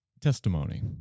testimony